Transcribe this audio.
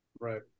Right